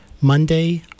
Monday